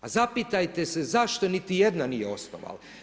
A zapitajte se zašto niti jedna osnovana.